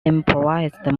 improvised